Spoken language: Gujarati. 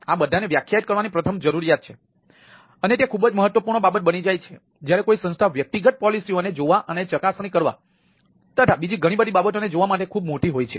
આ બધાને વ્યાખ્યાયિત કરવાની પ્રથમ જરૂરિયાત છે અને તે ખૂબ જ મહત્વપૂર્ણ બાબત બની જાય છે જ્યારે કોઈ સંસ્થા વ્યક્તિગત પોલિસીઓ ને જોવા અને ચકાસણી કરવા તથા બીજી ઘણી બધી બાબતો ને જોવા માટે ખૂબ મોટી હોય છે